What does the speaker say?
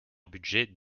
budget